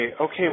okay